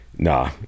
Nah